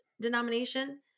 denomination